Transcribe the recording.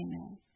Amen